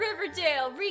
Riverdale